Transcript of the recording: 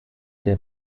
der